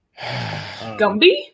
Gumby